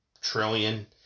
trillion